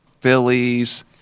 Phillies